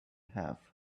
have